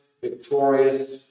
victorious